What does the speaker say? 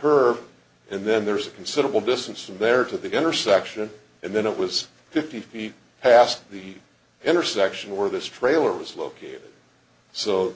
her and then there's a considerable distance from there to the intersection and then it was fifty feet past the intersection where this trailer was located so